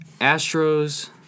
Astros